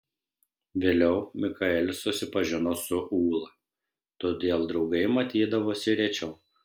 vėliau mikaelis susipažino su ūla todėl draugai matydavosi rečiau